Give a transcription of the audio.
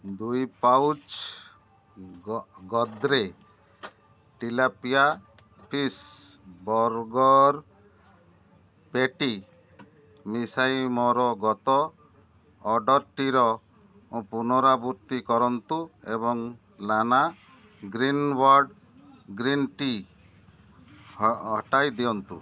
ଦୁଇ pouch Godrej tilapia fish burger patty ମିଶାଇ ମୋର ଗତ ଅର୍ଡ଼ର୍ଟିର ପୁନରାବୃତ୍ତି କରନ୍ତୁ ଏବଂ ଲାନା ଗ୍ରୀନ୍ବର୍ଡ଼୍ ଗ୍ରୀନ୍ ଟି ହଟାଇ ଦିଅନ୍ତୁ